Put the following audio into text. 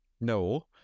No